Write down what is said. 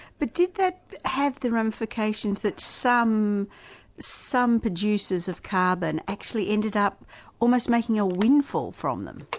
but did that have the ramifications that some some producers of carbon actually ended up almost making a windfall from them?